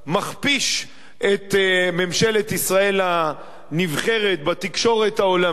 מכפיש את ממשלת ישראל הנבחרת בתקשורת העולמית.